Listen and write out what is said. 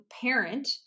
parent